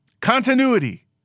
continuity